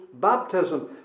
baptism